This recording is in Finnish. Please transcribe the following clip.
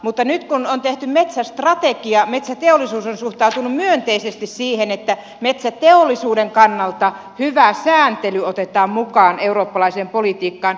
mutta nyt kun on tehty metsästrategia metsäteollisuus on suhtautunut myönteisesti siihen että metsäteollisuuden kannalta hyvä sääntely otetaan mukaan eurooppalaiseen politiikkaan